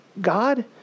God